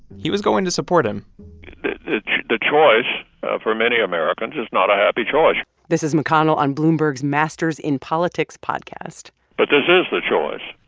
he was going to support him the choice for many americans is not a happy choice this is mcconnell on bloomberg's masters in politics podcast but this is the choice.